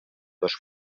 dos